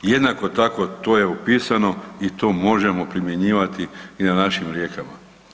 Jednako tako to je opisano i to možemo primjenjivati i na našim rijekama.